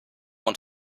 und